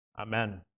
Amen